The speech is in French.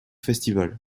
festivals